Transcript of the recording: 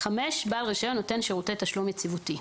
בעל רישיון נותן שירותי תשלום יציבותי".